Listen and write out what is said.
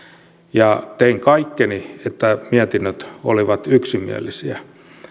ja tein kaikkeni että mietinnöt olivat yksimielisiä